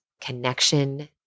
connection